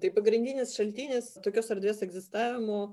tai pagrindinis šaltinis tokios erdvės egzistavimo